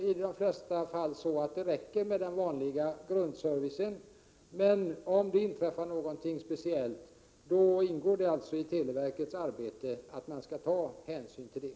I de flesta fall räcker det säkert med den vanliga grundservicen, men om det inträffar något speciellt ingår det alltså i televerkets arbete att ta hänsyn till det.